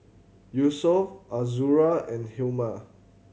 Yusuf Azura and Hilmi